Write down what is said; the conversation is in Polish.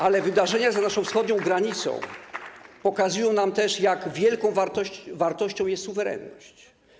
Ale wydarzenia za naszą wschodnią granicą pokazują też, jak wielką wartością jest suwerenność.